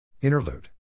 Interlude